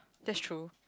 that's true